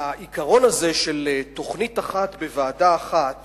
העיקרון הזה של תוכנית אחת בוועדה אחת